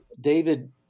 David